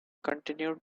continued